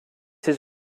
his